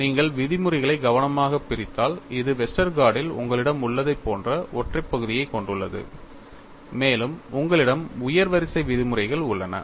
நீங்கள் விதிமுறைகளை கவனமாகப் பிரித்தால் இது வெஸ்டர்கார்டில் உங்களிடம் உள்ளதைப் போன்ற ஒற்றைச் பகுதியைக் கொண்டுள்ளது மேலும் உங்களிடம் உயர் வரிசை விதிமுறைகள் உள்ளன